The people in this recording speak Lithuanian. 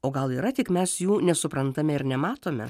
o gal yra tik mes jų nesuprantame ir nematome